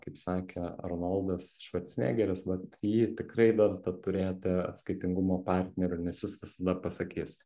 pabaigai kaip sakė arnoldas švarcnegeris vat jį tikrai verta turėti atskaitingumo partneriu nes jis visada pasakys